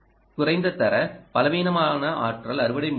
குறைந்த தர பலவீனமான ஆற்றல் அறுவடை மூலங்கள்